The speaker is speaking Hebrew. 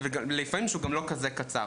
לפעמים גם שהוא לא כזה קצר.